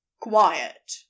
quiet